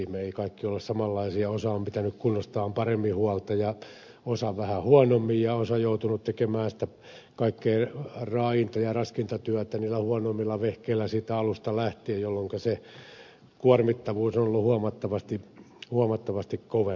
me emme kaikki ole samanlaisia osa on pitänyt kunnostaan paremmin huolta ja osa vähän huonommin ja osa on joutunut tekemään sitä kaikkein raainta ja raskainta työtä niillä huonoimmilla vehkeillä alusta lähtien jolloinka se kuormittavuus on ollut huomattavasti kovempaa